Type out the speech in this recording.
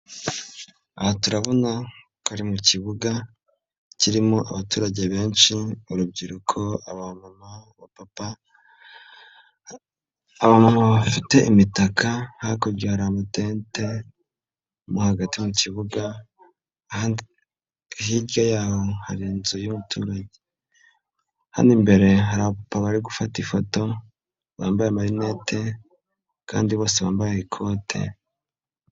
Aha turabona ko ari mu kibuga kirimo abaturage benshi: urubyiruko, abamama, abapapa, abamama bafite imitaka, hakurya heri amatente mo hagati mu kibuga, hirya y'aho hari inzu y'umuturage, hano imbere hari abapapa bari gufata ifoto bambaye amarinete kandi bose bambaye ikote.